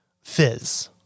fizz